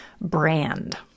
brand